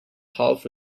half